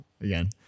again